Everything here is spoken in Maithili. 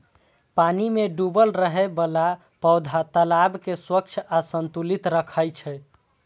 पानि मे डूबल रहै बला पौधा तालाब कें स्वच्छ आ संतुलित राखै छै